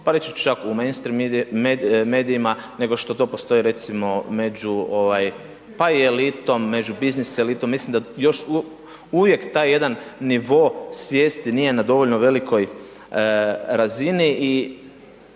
reći ću čak u mainstream medijima, nego što to postoji recimo među ovaj, pa i elitom, među biznis elitom, mislim da još uvijek taj jedan nivo svijesti nije na dovoljno velikoj razini, i